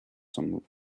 some